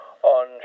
on